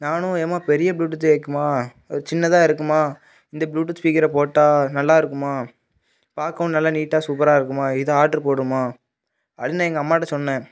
நானும் ஏம்மா பெரிய ப்ளூடூத் எதுக்கும்மா ஒரு சின்னதாக இருக்கும்மா இந்தப் ப்ளூடூத் ஸ்பீக்கரை போட்டால் நல்லா இருக்கும்மா பார்க்கவும் நல்லா நீட்டாக சூப்பராக இருக்கும்மா இதை ஆட்ரு போடும்மா அப்படின்னு எங்கள் அம்மாக்கிட்ட சொன்னேன்